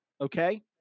okay